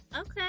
okay